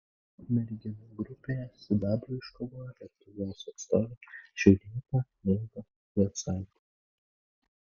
merginų grupėje sidabrą iškovojo lietuvos atstovė šiaulietė milda jocaitė